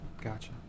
gotcha